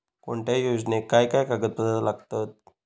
कोणत्याही योजनेक काय काय कागदपत्र लागतत?